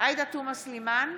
עאידה תומא סלימאן,